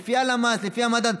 לפי הלמ"ס ולפי המדד,